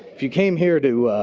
if you came here to